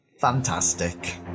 fantastic